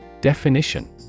Definition